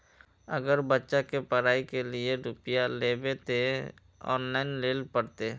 अगर बच्चा के पढ़ाई के लिये रुपया लेबे ते ऑनलाइन लेल पड़ते?